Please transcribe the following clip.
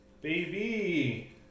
Baby